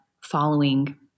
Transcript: following